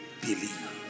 believe